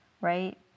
right